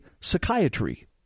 psychiatry